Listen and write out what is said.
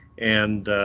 and.